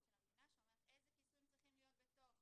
של המדינה שאומרת איזה כיסויים צריכים להיות בתוך